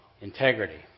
Integrity